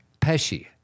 Pesci